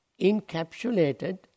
encapsulated